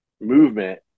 movement